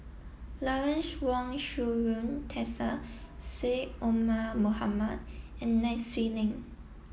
Lawrence Wong Shyun Tsai Syed Omar Mohamed and Nai Swee Leng